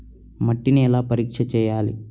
మట్టిని ఎలా పరీక్ష చేయాలి?